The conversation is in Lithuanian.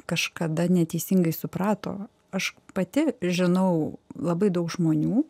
kažkada neteisingai suprato aš pati žinau labai daug žmonių